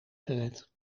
gered